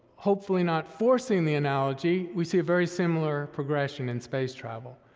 hopefully not forcing the analogy, we see a very similar progression in space travel.